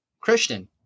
Christian